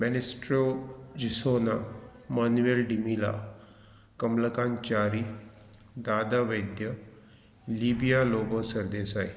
मेनिस्ट्रो जिसोना मोनवॅल डिमिला कमलकांत चारी दादा वैद्य लिबिया लोबो सरदेसाई